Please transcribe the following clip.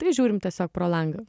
tai žiūrim tiesiog pro langą